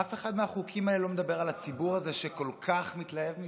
אף אחד מהחוקים האלה לא מדבר על הציבור הזה שכל כך מתלהב מזה.